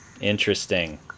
Interesting